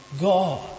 God